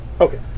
Okay